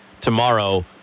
tomorrow